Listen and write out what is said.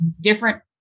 different